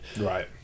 Right